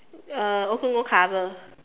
uh also no cover